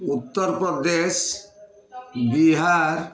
Uttar Pradesh Bihar